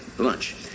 lunch